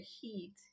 heat